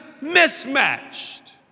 mismatched